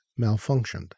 malfunctioned